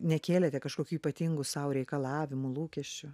nekėlėte kažkokių ypatingų sau reikalavimų lūkesčių